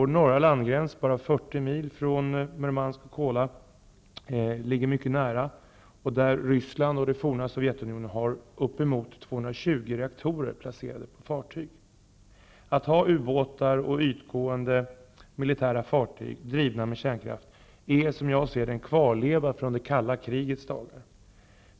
Vår norra landgräns är bara 40 mil från Murmansk och Kola, där Ryssland och det forna Sovjetunionen har uppemot 220 reaktorer placerade på fartyg. Att ha ubåtar och ytgående militära fartyg drivna med kärnkraft är en kvarleva från det kalla krigets dagar.